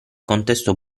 contesto